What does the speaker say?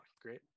great